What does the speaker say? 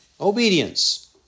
obedience